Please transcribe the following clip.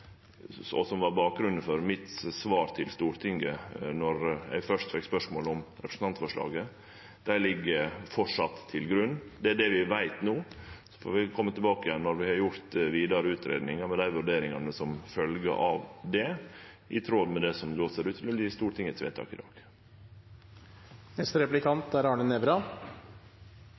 som var bakgrunnen for svaret mitt til Stortinget då eg først fekk spørsmålet om representantforslaget – framleis ligg til grunn. Det er det vi veit no. Så får vi, når vi har gjort vidare utgreiingar, kome tilbake med dei vurderingane som følgjer av det, i tråd med det som ser ut til å verte Stortingets vedtak i